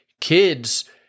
kids